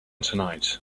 tonight